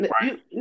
Right